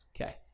okay